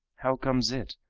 how comes it,